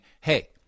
hey